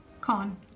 Con